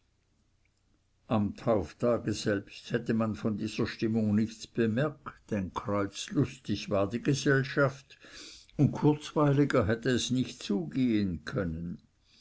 am tauftage selbst hätte man von dieser stimmung nichts bemerkt denn kreuzlustig war die gesellschaft und kurzweiliger hätte es nicht zugehen können